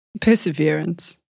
Perseverance